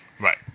right